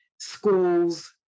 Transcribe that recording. schools